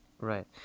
Right